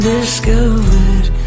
Discovered